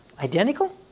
Identical